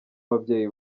ababyeyi